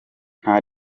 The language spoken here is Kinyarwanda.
nta